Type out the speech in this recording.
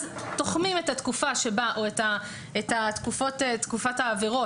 אז תוחמים את התקופה או את תקופת העבירות